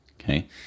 okay